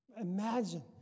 imagine